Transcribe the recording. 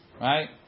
right